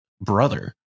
brother